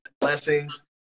blessings